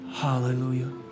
Hallelujah